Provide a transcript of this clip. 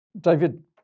David